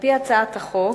על-פי הצעת החוק,